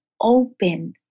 open